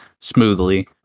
smoothly